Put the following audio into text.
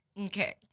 Okay